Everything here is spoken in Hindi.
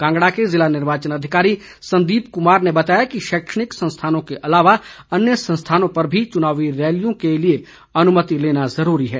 कांगड़ा के जिला निर्वाचन अधिकारी संदीप कुमार ने बताया है कि शैक्षणिक संस्थानों के अलावा अन्य स्थानों पर भी चुनावी रैलियों के लिए अनुमति लेना जरूरी है